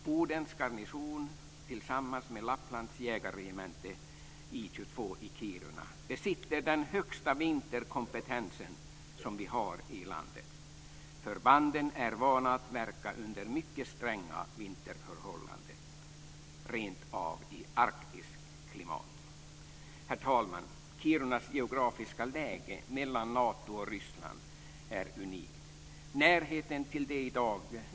Bodens garnison besitter tillsammans med Lapplands jägarregemente I 22 i Kiruna den högsta vinterkompetens vi har i landet. Förbanden är vana att verka under mycket stränga vinterförhållanden - rent av i arktiskt klimat. Herr talman! Kirunas geografiska läge mellan Nato och Ryssland är unikt.